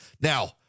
Now